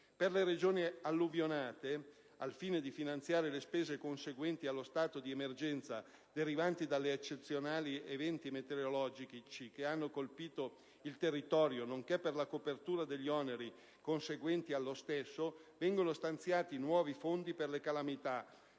Per le Regioni alluvionate, al fine di finanziare le spese conseguenti allo stato di emergenza derivante dagli eccezionali eventi meteorologici che hanno colpito il territorio, nonché per la copertura degli oneri conseguenti allo stesso, vengono stanziati nuovi fondi per le calamità